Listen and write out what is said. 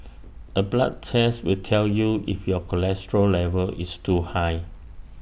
A blood test will tell you if your cholesterol level is too high